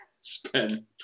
spend